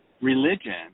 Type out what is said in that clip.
religion